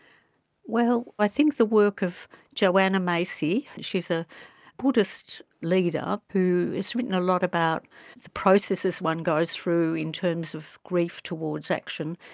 well, i think the work of joanna macy, she is a buddhist leader who has written a lot about the processes one goes through in terms of grief towards action,